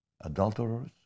adulterers